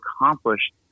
accomplished